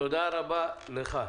תודה רבה לך.